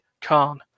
Khan